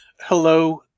Hello